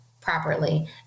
properly